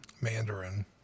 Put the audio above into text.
Mandarin